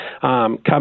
come